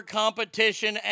competition